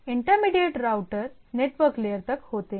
intermediate router network layer तक होते हैं